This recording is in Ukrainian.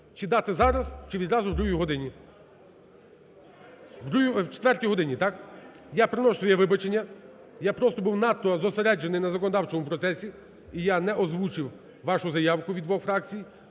годині? О другій... о четвертій годині, так? Я приношу своє вибачення. Я просто був надто зосереджений на законодавчому процесі і я не озвучив вашу заявку від двох фракцій.